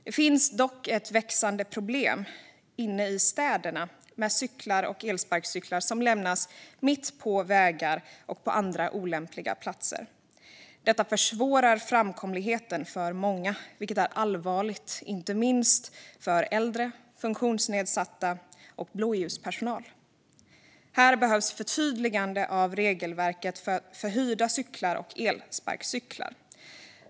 Det finns dock ett växande problem inne i städerna med cyklar och elsparkcyklar som lämnas mitt på vägar och på andra olämpliga platser. Det försvårar framkomligheten för många, vilket är allvarligt, inte minst för äldre, funktionsnedsatta och blåljuspersonal. Här behövs förtydliganden av regelverket för hyrda cyklar och elsparkcyklar.